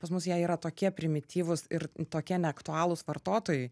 pas mus jie yra tokie primityvūs ir tokie neaktualūs vartotojui